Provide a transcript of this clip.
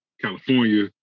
California